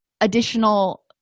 additional